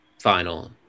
final